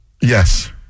Yes